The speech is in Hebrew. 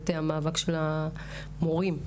המאבק של המורים,